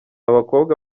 bakobwa